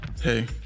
Hey